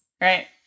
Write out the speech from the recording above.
Right